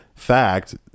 fact